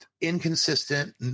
inconsistent